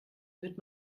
wird